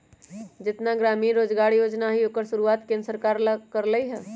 जेतना ग्रामीण रोजगार योजना हई ओकर शुरुआत केंद्र सरकार कर लई ह